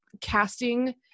casting